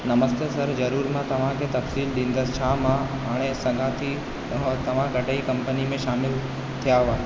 नमस्ते sir जरूर मां तव्हांखे तफ़सीलु ॾींदुसि छा मां ॼाणे सघां थी तव्हां तव्हां कॾहिं कम्पनी में शामिलु थिया हुआ